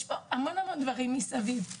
יש המון דברים מסביב,